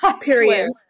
period